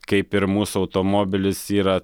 kaip ir mūsų automobilis yra